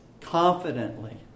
confidently